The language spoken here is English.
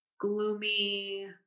gloomy